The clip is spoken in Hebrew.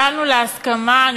הגענו להסכמה.